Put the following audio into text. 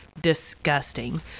disgusting